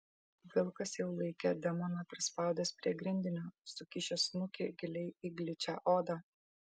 vilkas jau laikė demoną prispaudęs prie grindinio sukišęs snukį giliai į gličią odą